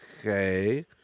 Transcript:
okay